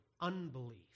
unbelief